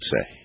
say